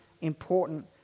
important